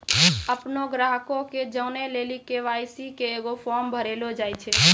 अपनो ग्राहको के जानै लेली के.वाई.सी के एगो फार्म भरैलो जाय छै